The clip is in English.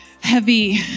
heavy